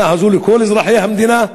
שהמדינה הזאת לכל אזרחי המדינה,